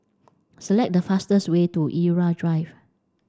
select the fastest way to Irau Drive